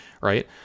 right